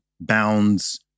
bounds